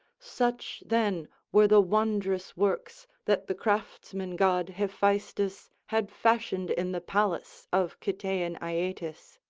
such then were the wondrous works that the craftsman-god hephaestus had fashioned in the palace of cytaean aeetes.